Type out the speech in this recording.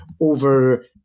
over